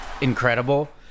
incredible